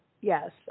Yes